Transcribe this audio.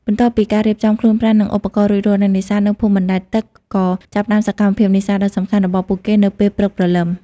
បន្ទាប់ពីការរៀបចំខ្លួនប្រាណ និងឧបករណ៍រួចរាល់ អ្នកនេសាទនៅភូមិបណ្តែតទឹកក៏ចាប់ផ្តើមសកម្មភាពនេសាទដ៏សំខាន់របស់ពួកគេនៅពេលព្រឹកព្រលឹម។